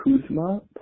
Kuzma